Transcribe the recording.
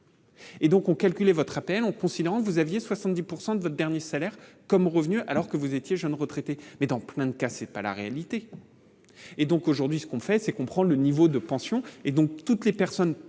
Et donc on calculez votre appel on considérant, vous aviez 70 pourcent de votre dernier salaire comme revenu alors que vous étiez jeune retraité mais plein de cassez pas la réalité et donc aujourd'hui ce qu'on fait c'est qu'on prend le niveau de pension et donc toutes les personnes